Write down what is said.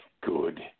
Good